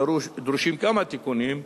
דרושים כמה תיקונים,